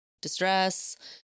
distress